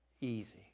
easy